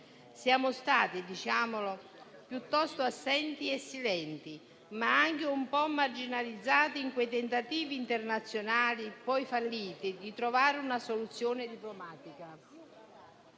Siamo stati - diciamolo - piuttosto assenti e silenti, ma anche un po' marginalizzati in quei tentativi internazionali, poi falliti, di trovare una soluzione diplomatica.